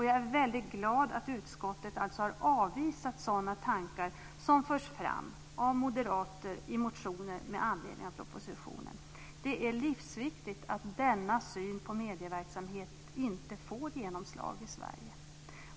Jag är glad över att utskottet har avvisat sådana tankar som förs fram av moderater i motioner med anledning av propositionen. Det är livsviktigt att denna syn på medieverksamhet inte får genomslag i Sverige.